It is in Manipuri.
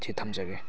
ꯁꯤ ꯊꯝꯖꯒꯦ